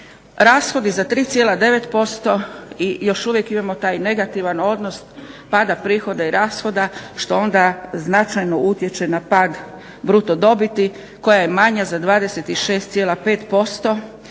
rashodi za 3,9% i još uvijek imamo taj negativan odnos pada prihoda i rashoda što onda značajno utječe na pad bruto dobiti koja je manja za 26,5%